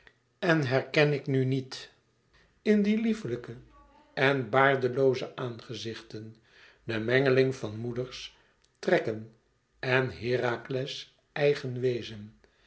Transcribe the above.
en herken ik nu niet in die lieflijke en baardelooze aangezichten de mengeling van moeders trekken en herakles eigen wezen